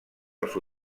als